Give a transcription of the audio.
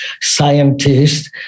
scientists